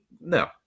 No